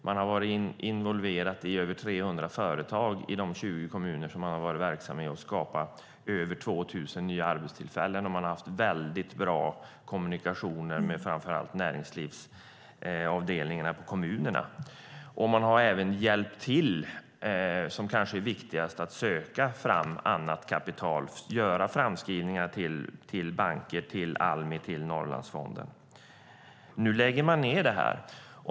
Man har varit involverad i över 300 företag i de 20 kommuner där man har varit verksam och skapat över 2 000 nya arbetstillfällen och haft mycket bra kommunikationer med framför allt näringslivsavdelningarna i kommunerna. Man har även hjälpt till, vilket kanske är viktigast, att söka annat kapital och göra skrivningar till banker, till Almi och till Norrlandsfonden. Nu lägger man ned detta.